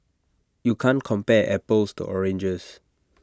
you can't compare apples to oranges